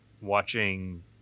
watching